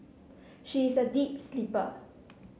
she is a deep sleeper